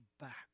back